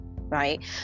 right